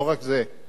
לא רק זה,